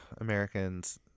Americans